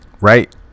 right